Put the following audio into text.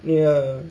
ya